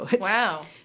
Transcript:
Wow